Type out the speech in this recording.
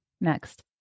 Next